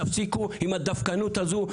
תפסיקו עם הדווקנות הזו,